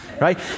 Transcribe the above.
right